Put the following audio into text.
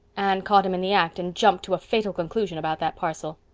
anne caught him in the act and jumped to a fatal conclusion about that parcel.